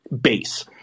Base